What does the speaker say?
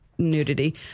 nudity